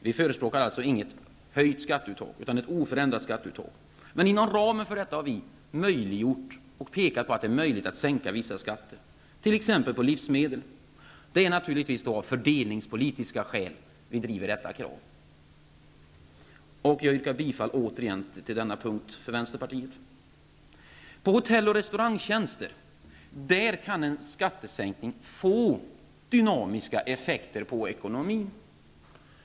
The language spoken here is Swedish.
Vi förespråkar alltså inte något höjt skatteuttag utan ett oförändrat skatteuttag. Inom ramen för detta har vi pekat på att det är möjligt att sänka vissa skatter, t.ex. när det gäller livsmedel. Det är naturligtvis av fördelningspolitiska skäl som vi driver detta krav. En sänkning av mervärdesskatten på hotell och restaurangtjänster kan ge dynamiska effekter på ekonomin.